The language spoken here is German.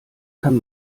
kann